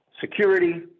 security